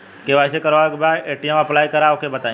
KYC करावे के बा ए.टी.एम अप्लाई करा ओके बताई?